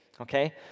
Okay